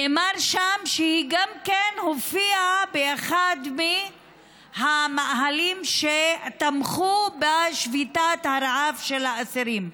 נאמר שם שהיא גם הופיעה באחד מהמאהלים שתמכו בשביתת הרעב של האסירים.